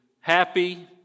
happy